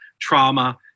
trauma